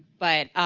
but,